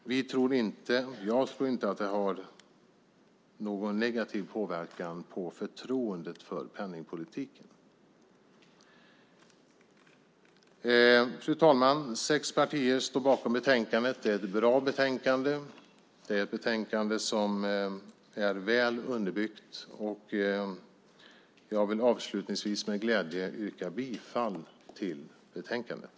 Jag tror inte att det har någon negativ påverkan på förtroendet för penningpolitiken. Fru talman! Sex partier står bakom betänkandet. Det är ett bra betänkande. Det är ett betänkande som är väl underbyggt. Jag vill avslutningsvis med glädje yrka bifall till utskottets förslag i betänkandet.